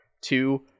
Two